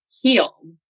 healed